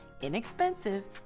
inexpensive